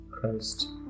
Christ